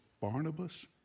Barnabas